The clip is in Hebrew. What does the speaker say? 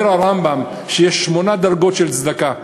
אומר הרמב"ם שיש שמונה דרגות של צדקה.